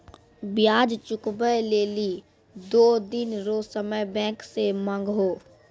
ब्याज चुकबै लेली दो दिन रो समय बैंक से मांगहो